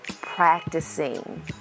practicing